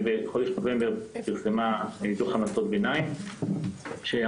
ובחודש נובמבר היא פרסמה דוח המלצות ביניים שהמטרה